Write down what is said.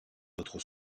autres